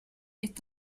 est